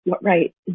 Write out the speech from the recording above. Right